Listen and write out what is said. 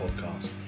podcast